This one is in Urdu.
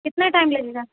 کتنا ٹائم لگے گا